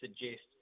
suggest